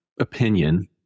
opinion